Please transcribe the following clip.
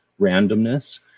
randomness